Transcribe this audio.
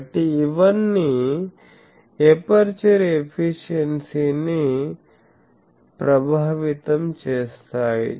కాబట్టి ఇవన్నీ aperture efficiency ని ప్రభావితం చేస్తాయి